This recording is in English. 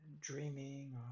dreaming